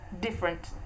different